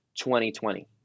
2020